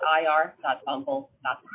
ir.bumble.com